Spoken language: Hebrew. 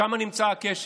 שם נמצא הקשר.